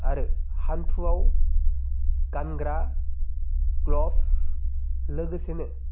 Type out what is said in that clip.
आरो हान्थुआव गानग्रा ग्ल'भ लोगोसेनो